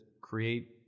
create